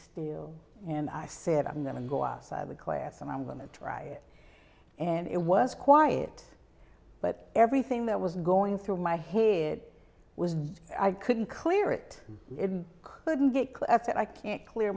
still and i said i'm going to go outside the class and i'm gonna try and it was quiet but everything that was going through my head was i couldn't clear it couldn't get cleft i can't clear